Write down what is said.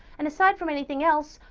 and aside from anything else,